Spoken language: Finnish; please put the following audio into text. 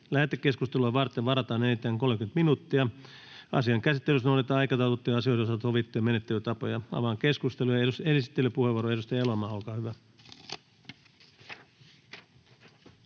Lähetekeskustelua varten varataan enintään 30 minuuttia. Asian käsittelyssä noudatetaan aikataulutettujen asioiden osalta sovittuja menettelytapoja. Avaan keskustelun, ja esittelypuheenvuoro, edustaja Elomaa, olkaa hyvä.